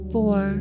four